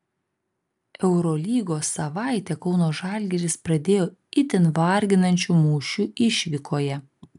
eurolygos savaitę kauno žalgiris pradėjo itin varginančiu mūšiu išvykoje